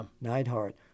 Neidhart